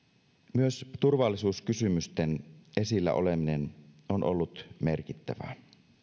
myös turvallisuuskysymysten esillä oleminen on ollut merkittävää